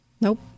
Nope